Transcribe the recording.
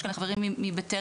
יש כאן חברים מ'בטרם',